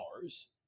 cars